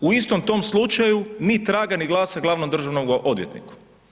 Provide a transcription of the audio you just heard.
U istom tom slučaju ni traga ni glasa glavnom državnom odvjetniku.